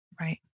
right